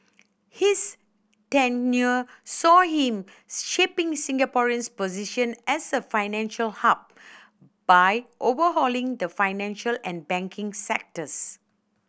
his tenure saw him shaping Singaporeans position as a financial hub by overhauling the financial and banking sectors